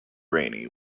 rainy